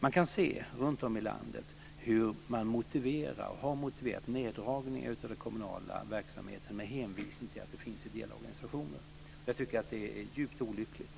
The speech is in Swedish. Man kan se runtom i landet hur kommuner har motiverat neddragningar i den kommunala verksamheten med hänvisning till att det finns ideella organisationer. Det är djupt olyckligt.